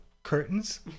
Curtains